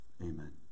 Amen